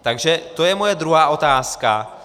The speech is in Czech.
Takže to je moje druhá otázka.